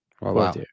Wow